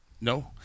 no